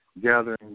gathering